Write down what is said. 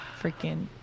Freaking